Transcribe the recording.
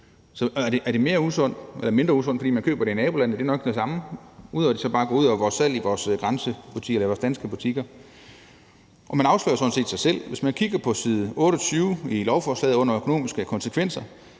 Er det mindre usundt, fordi man køber det i nabolandet? Nej, det er nok det samme – ud over at det så bare går ud over salget i vores danske butikker. Man afslører sådan set sig selv på side 28 i lovforslaget under »Økonomiske konsekvenser«,